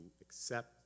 accept